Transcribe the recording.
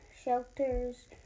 Shelters